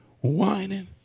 whining